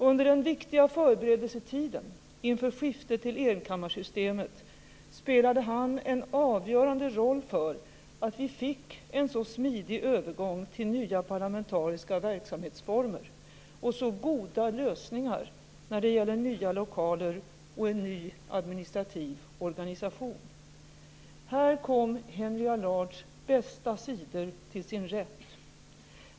Under den viktiga förberedelsetiden inför skiftet till enkammarsystemet spelade han en avgörande roll för att vi fick en så smidig övergång till nya parlamentariska verksamhetsformer och så goda lösningar när det gällde nya lokaler och en ny administrativ organisation. Här kom Henry Allards bästa sidor till sin rätt.